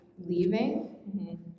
leaving